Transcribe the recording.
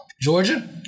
Georgia